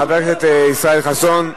חבר הכנסת ישראל חסון.